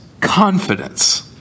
confidence